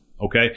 okay